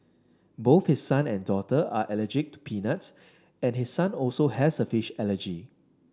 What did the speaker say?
both his son and daughter are allergic to peanuts and his son also has a fish allergy